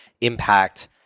impact